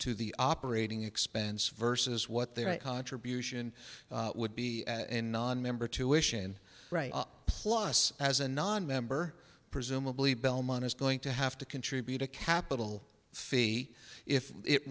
to the operating expense versus what their contribution would be in nonmember tuition plus as a nonmember presumably belmont is going to have to contribute a capital fee if it